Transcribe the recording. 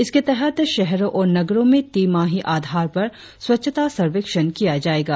इसके तहत शहरों और नगरों में तिमाही आधार पर स्वच्छता सर्वेक्षण किया जाएगा